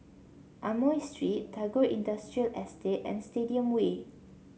Amoy Street Tagore Industrial Estate and Stadium Way